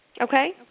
Okay